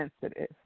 sensitive